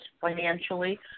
financially